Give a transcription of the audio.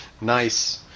nice